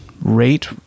rate